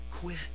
quit